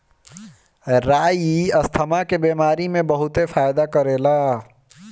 राई asthma के बेमारी में बहुते फायदा करेला